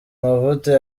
amavuta